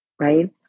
right